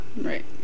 Right